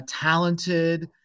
talented